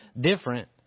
different